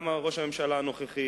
וגם על ראש הממשלה הנוכחי.